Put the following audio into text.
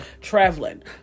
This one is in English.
traveling